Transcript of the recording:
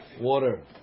water